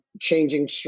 Changing